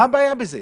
מה הבעיה בזה?